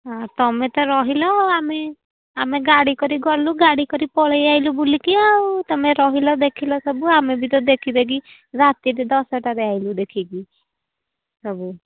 ହଁ ତମେ ତ ରହିଲ ଆମେ ଆମେ ଗାଡ଼ି କରି ଗଲୁ ଗାଡ଼ି କରି ପଳେଇଆଇଲୁ ବୁଲିକି ଆଉ ତମେ ରହିଲ ଦେଖିଲ ସବୁ ଆମେ ବି ତ ଦେଖି ଦେଖି ରାତିରେ ଦଶଟାରେ ଆଇଲୁ ଦେଖିକି ସବୁ